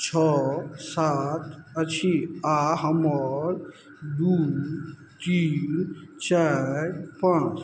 छओ सात अछि आओर हमर दू तीन चारि पाँच